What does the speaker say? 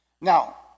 Now